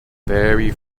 very